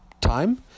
time